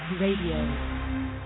Radio